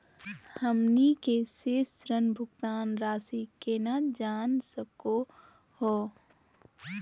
हमनी के शेष ऋण भुगतान रासी केना जान सकू हो?